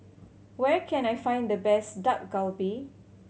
where can I find the best Dak Galbi